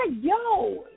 yo